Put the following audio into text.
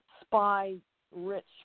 spy-rich